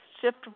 shift